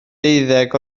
deuddeg